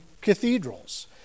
cathedrals